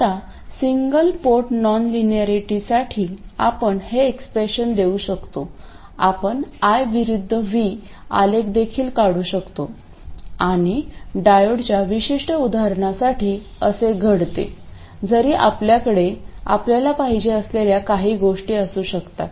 आता single port नॉनलिनॅरिटीसाठी आपण हे एक्स्प्रेशन देऊ शकतो आपण I विरुद्ध V आलेख देखील काढू शकतो आणि डायोडच्या विशिष्ट उदाहरणासाठी असे घडते जरी आपल्याकडे आपल्याला पाहिजे असलेल्या काही गोष्टी असू शकतात